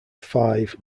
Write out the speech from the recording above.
five